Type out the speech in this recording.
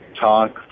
talk